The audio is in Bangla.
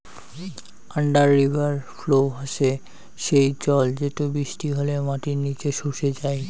আন্ডার রিভার ফ্লো হসে সেই জল যেটো বৃষ্টি হলে মাটির নিচে শুষে যাই